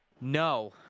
No